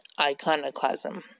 Iconoclasm